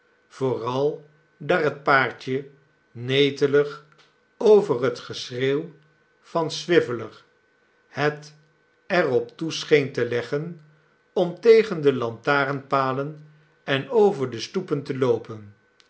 vooral daar het paardje netelig over het geschreeuw van swiveller het er op toe scheen te leggen om tegen de lantaarnpalen en over de stoepen te loopen